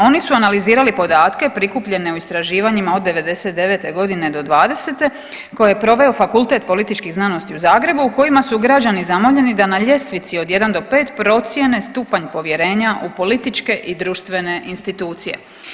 Oni su analizirali podatke prikupljene u istraživanjima od '99.g. do '20. koje je proveo Fakultet političkih znanosti u Zagrebu u kojima su građani zamoljeni da na ljestvici od 1 do 5 procijene stupanj povjerenja u političke i društvene institucije.